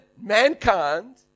mankind